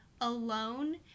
alone